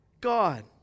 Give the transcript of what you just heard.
God